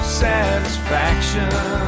satisfaction